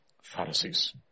Pharisees